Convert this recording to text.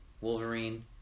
Wolverine